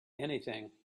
anything